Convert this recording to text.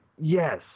yes